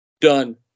Done